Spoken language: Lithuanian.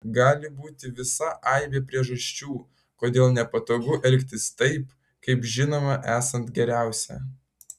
gali būti visa aibė priežasčių kodėl nepatogu elgtis taip kaip žinome esant geriausia